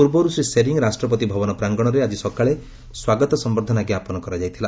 ପୂର୍ବରୁ ଶ୍ରୀ ଶେରିଂଙ୍କୁ ରାଷ୍ଟ୍ରପତି ଭବନ ପ୍ରାଙ୍ଗଣରେ ଆଜି ସକାଳେ ସ୍ୱାଗତ ସମ୍ଭର୍ଦ୍ଧନା ଜ୍ଞାପନ କରାଯାଇଥିଲା